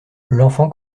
l’enfant